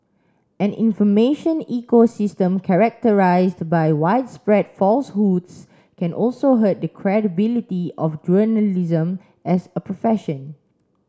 an information ecosystem characterised by widespread falsehoods can also hurt the credibility of journalism as a profession